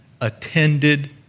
attended